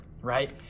right